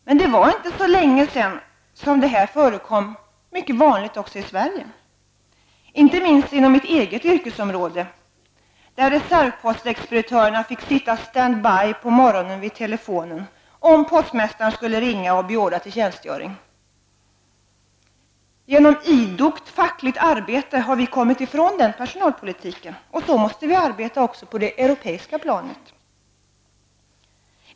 Men det var inte så länge sedan som det här var mycket vanligt förekommande också i Sverige, inte minst inom mitt eget yrkesområde, där reservpostexpeditörerna fick sitta stand by på morgonen vid telefonen om postmästaren skulle ringa och beordra till tjänstgöring. Genom idogt fackligt arbete har vi kommit ifrån den personalpolitiken, och så måste vi arbeta också på det europeiska planet.